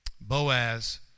Boaz